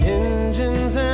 engines